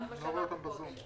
זה מה שאמרנו קודם.